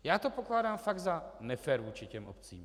Já to pokládám fakt za nefér vůči těm obcím.